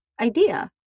idea